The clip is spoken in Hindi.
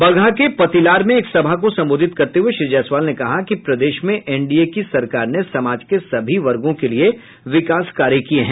बगहा के पतिलार में एक सभा को संबोधित करते हुये श्री जायसवाल ने कहा कि प्रदेश में एनडीए की सरकार ने समाज के सभी वर्गों के लिये विकास कार्य किये हैं